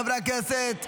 חברי הכנסת,